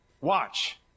Watch